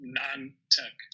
non-tech